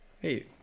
hey